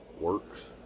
works